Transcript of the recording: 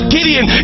Gideon